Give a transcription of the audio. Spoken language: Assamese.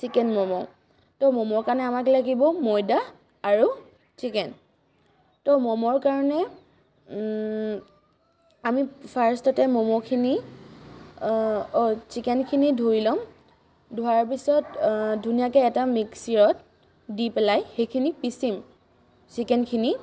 চিকেন মমো তো মমোৰ কাৰণে আমাক লাগিব ময়দা আৰু চিকেন তো মমোৰ কাৰণে আমি ফৰ্ষ্টতে মমোখিনি অ' চিকেনখিনি ধুই ল'ম ধোৱাৰ পিছত ধুনীয়াকৈ এটা মিক্সিত দি পেলাই সেইখিনি পিচিম চিকেনখিনি